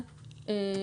להסתיים עד